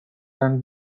than